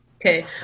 Okay